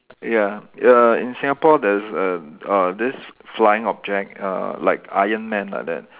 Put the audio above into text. ya err in Singapore there's a uh this flying object uh like iron man like that